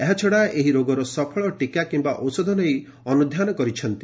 ଏହାଛଡ଼ା ଏହି ରୋଗର ସଫଳ ଟୀକା କିମ୍ବା ଔଷଧ ନେଇ ଅନୁଧ୍ୟାନ କରିଛନ୍ତି